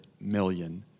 million